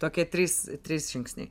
tokie trys trys žingsniai